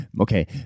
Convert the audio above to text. okay